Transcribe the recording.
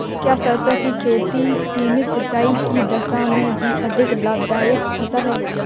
क्या सरसों की खेती सीमित सिंचाई की दशा में भी अधिक लाभदायक फसल है?